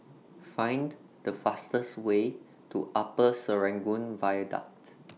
Find The fastest Way to Upper Serangoon Viaduct